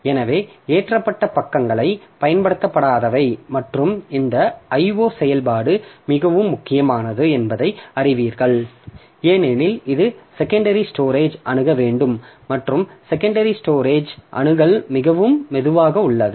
எனவே ஏற்றப்பட்ட பக்கங்கள் பயன்படுத்தப்படாதவை மற்றும் இந்த IO செயல்பாடு மிகவும் முக்கியமானது என்பதை அறிவீர்கள் ஏனெனில் இது செகண்டரி ஸ்டோரேஜ் அணுக வேண்டும் மற்றும் செகண்டரி ஸ்டோரேஜ் அணுகல் மிகவும் மெதுவாக உள்ளது